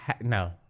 no